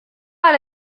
pas